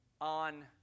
on